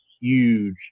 huge